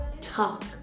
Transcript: Talk